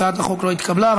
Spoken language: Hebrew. הצעת החוק לא התקבלה.